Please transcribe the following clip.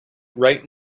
right